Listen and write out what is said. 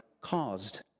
caused